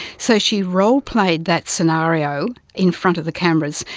so she role-played that scenario in front of the cameras,